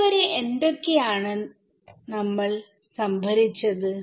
ഇതുവരെ നമ്മൾ എന്തൊക്കെയാണ് സംഭരിച്ചത്